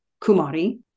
kumari